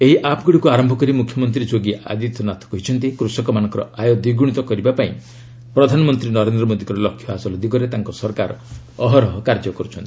ଏହି ଆପ୍ଗୁଡ଼ିକୁ ଆରମ୍ଭ କରି ମୁଖ୍ୟମନ୍ତ୍ରୀ ଯୋଗୀ ଆଦିତ୍ୟନାଥ କହିଛନ୍ତି କୃଷକମାନଙ୍କର ଆୟା ଦ୍ୱିଗୁଣିତ କରିବା ପାଇଁ ପ୍ରଧାନମନ୍ତ୍ରୀ ନରେନ୍ଦ୍ର ମୋଦିଙ୍କ ଲକ୍ଷ୍ୟ ହାସଲ ଦିଗରେ ତାଙ୍କ ସରକାର ଅହରହ କାର୍ଯ୍ୟ କରୁଛନ୍ତି